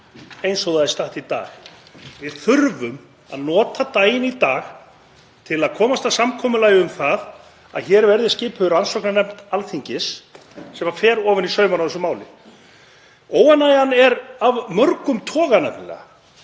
eins og það er statt í dag. Við þurfum að nota daginn í dag til að komast að samkomulagi um það að hér verði skipuð rannsóknarnefnd Alþingis sem fer ofan í saumana á þessu máli. Óánægjan er af mörgum toga nefnilega